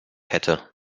hätte